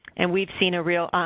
and we've seen a real